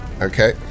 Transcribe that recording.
okay